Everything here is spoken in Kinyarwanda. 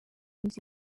nzira